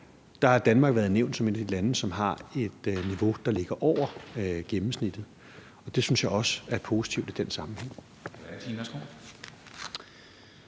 har Danmark været nævnt som et af de lande, som har et niveau, der ligger over gennemsnittet, og det synes jeg også er positivt i den sammenhæng.